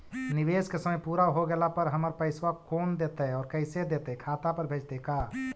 निवेश के समय पुरा हो गेला पर हमर पैसबा कोन देतै और कैसे देतै खाता पर भेजतै का?